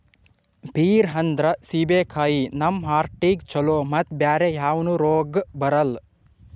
peer ಅಂದ್ರ ಸೀಬೆಕಾಯಿ ನಮ್ ಹಾರ್ಟಿಗ್ ಛಲೋ ಮತ್ತ್ ಬ್ಯಾರೆ ಯಾವನು ರೋಗ್ ಬರಲ್ಲ್